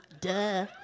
duh